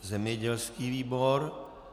Zemědělský výbor.